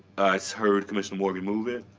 so heard commissioner morgan move it,